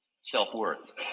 self-worth